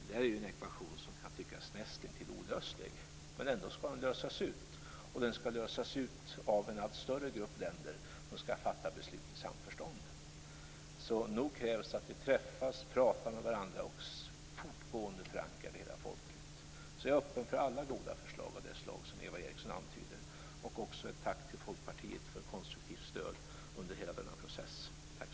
Det är en ekvation som kan tyckas näst intill olöslig, men den skall lösas, och den skall lösas av en allt större grupp länder som skall fatta beslut i samförstånd. Nog krävs det att vi träffas och talar med varandra och fortgående förankrar det hela folkligt. Jag är öppen för alla goda förslag av det slag som Eva Eriksson antydde. Tack till Folkpartiet för konstruktivt stöd under hela den här processen.